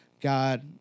God